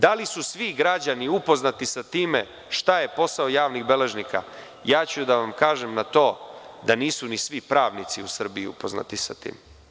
Da li su svi građani upoznati sa time šta je posao javnih beležnika, ja ću da vam kažem na to da nisu ni svi pravnici u Srbiji upoznati sa tim.